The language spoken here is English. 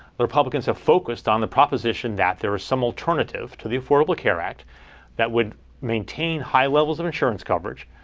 the republicans have focused on the proposition that there is some alternative to the affordable care act that would maintain high levels of insurance coverage,